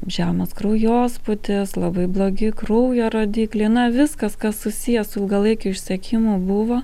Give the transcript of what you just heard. žemas kraujospūdis labai blogi kraujo rodikliai na viskas kas susiję su ilgalaikiu išsekimu buvo